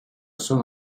son